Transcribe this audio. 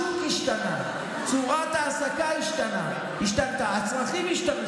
השוק השתנה, צורת ההעסקה השתנתה, הצרכים השתנו.